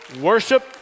Worship